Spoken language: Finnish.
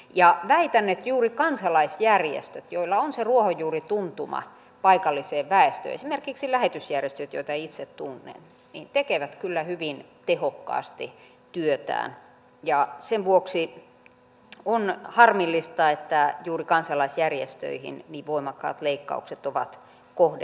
väitän että juuri kansalaisjärjestöt joilla on se ruohonjuurituntuma paikalliseen väestöön esimerkiksi lähetysjärjestöt joita itse tunnen tekevät kyllä hyvin tehokkaasti työtään ja sen vuoksi on harmillista että juuri kansalaisjärjestöihin niin voimakkaat leikkaukset ovat kohdentuneet